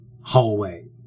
hallway